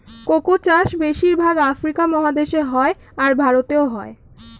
cocoa চাষ বেশির ভাগ আফ্রিকা মহাদেশে হয়, আর ভারতেও হয়